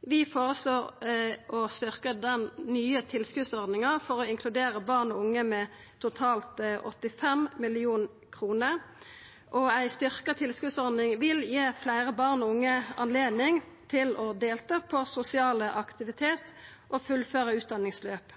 Vi føreslår å styrkja den nye tilskotsordninga for å inkludera barn og unge med totalt 85 mill. kr. Ei styrkt tilskotsordning vil gi barn og unge høve til å delta på sosiale aktivitetar og fullføra utdanningsløp.